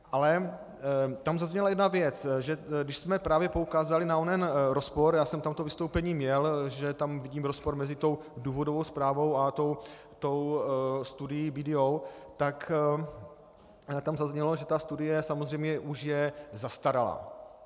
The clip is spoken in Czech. Ale tam zazněla jedna věc, že když jsme právě poukázali na onen rozpor, já jsem tam to vystoupení měl, že tam vidím rozpor mezi důvodovou zprávou a studií BDO, tak tam zaznělo, že ta studie samozřejmě už je zastaralá.